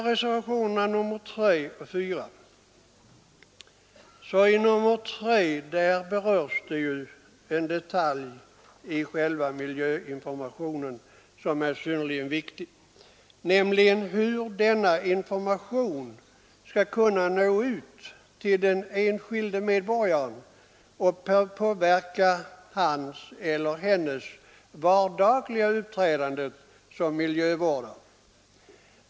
I reservationen 3 berörs en detalj som är synnerligen viktig i fråga om miljöinformationen, nämligen hur denna skall kunna nå ut till den enskilde medborgaren och påverka hans eller hennes vardagliga uppträdande som miljövårdare.